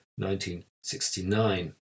1969